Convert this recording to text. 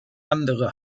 andere